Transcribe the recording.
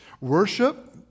Worship